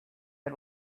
had